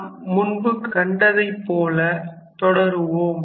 நாம் முன்பு கண்டதைப்போல தொடர்வோம்